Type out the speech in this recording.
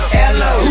hello